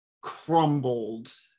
crumbled